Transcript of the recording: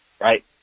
right